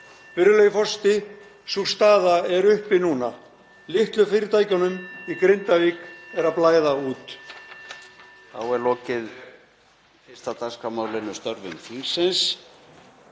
Virðulegur forseti. Sú staða er uppi núna. Litlu fyrirtækjunum í Grindavík er að blæða út.